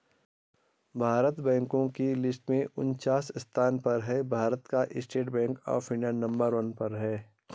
भारत बैंको की लिस्ट में उनन्चास स्थान पर है भारत का State Bank of India number one पर है